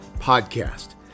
podcast